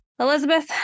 Elizabeth